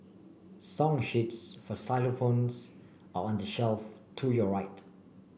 song sheets for xylophones are on the shelf to your right